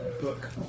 book